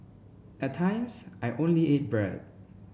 at times I only ate bread